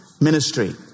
ministry